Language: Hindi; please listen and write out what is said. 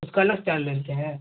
उसका अलग से चार्ज ले लेते हैं